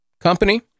company